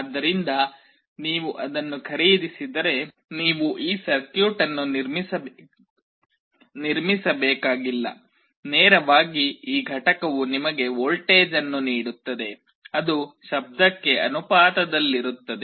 ಆದ್ದರಿಂದ ನೀವು ಅದನ್ನು ಖರೀದಿಸಿದರೆ ನೀವು ಈ ಸರ್ಕ್ಯೂಟ್ ಅನ್ನು ನಿರ್ಮಿಸಬೇಕಾಗಿಲ್ಲ ನೇರವಾಗಿ ಈ ಘಟಕವು ನಿಮಗೆ ವೋಲ್ಟೇಜ್ ಅನ್ನು ನೀಡುತ್ತದೆ ಅದು ಅದು ಶಬ್ದಕ್ಕೆ ಅನುಪಾತದಲ್ಲಿರುತ್ತದೆ